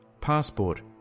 passport